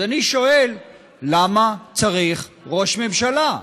אז אני שואל למה צריך ראש ממשלה,